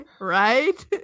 Right